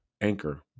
Anchor